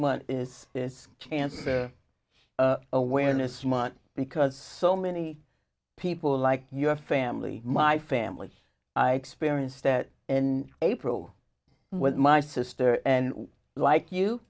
one is this cancer awareness month because so many people like your family my family i experienced that in april with my sister and like